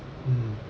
mm